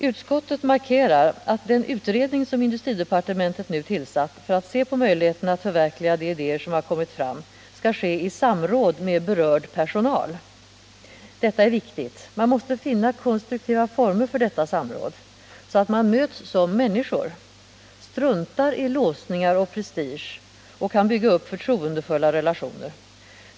Utskottet markerar att den utredning som industridepartementet nu tillsatt för att se på möjligheterna att förverkliga de idéer som har kommit fram skall ske i samråd med berörd personal, och detta är viktigt. Man måste kunna finna konstruktiva former för detta samråd, så att man möts som människor, struntar i låsningar och prestige och kan bygga upp förtroendefulla relationer.